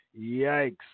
Yikes